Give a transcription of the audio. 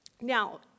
Now